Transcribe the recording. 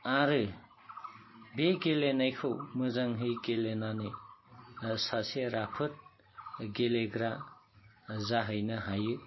आरो बे गेलेनायखौ मोजांहै गेलेनानै सासे राफोद गेलेग्रा जाहैनो हायो